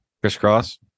crisscross